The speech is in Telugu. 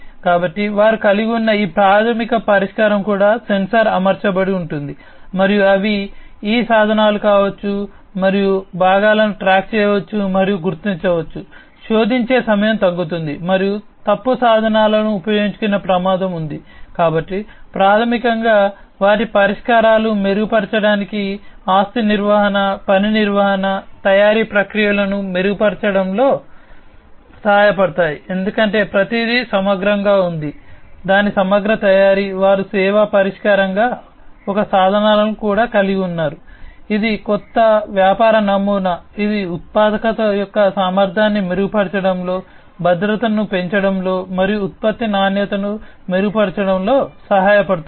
కాబట్టి వారు కలిగి ఉన్న ఈ ప్రాథమిక పరిష్కారం కూడా సెన్సార్ అమర్చబడి ఇది ఉత్పాదకత యొక్క సామర్థ్యాన్ని మెరుగుపరచడంలో భద్రతను పెంచడంలో మరియు ఉత్పత్తి నాణ్యతను మెరుగుపరచడంలో సహాయపడుతుంది